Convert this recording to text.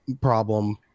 problem